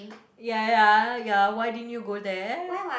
ya ya ya why din you go there